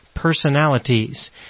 Personalities